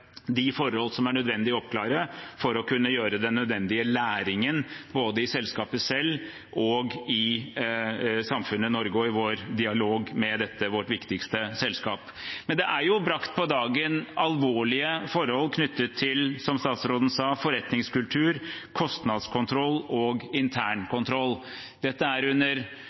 de forhold som er nødvendig å oppklare for å kunne få den nødvendige læring både i selskapet selv, i samfunnet i Norge og i vår dialog med dette vårt viktigste selskap. Men det er kommet for en dag alvorlige forhold knyttet til, som statsråden sa, forretningskultur, kostnadskontroll og internkontroll. Dette er i hovedsak under